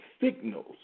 signals